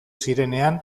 zirenean